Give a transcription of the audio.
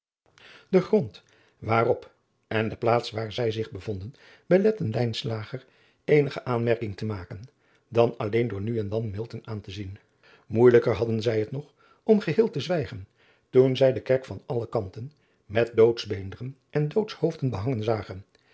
e grond waarop en de plaats waar zij zich bevonden beletten eenige aanmerking te maken dan alleen door nu en dan aan te zien oeijelijker hadden zij het nog om geheel te zwijgen toen zij de kerk van alle kanten met doodsbeenderen en doodshoofden behangen zagen